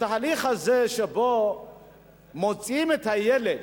בתהליך הזה שבו מוציאים את הילד